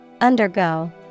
Undergo